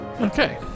Okay